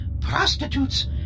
prostitutes